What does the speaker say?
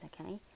okay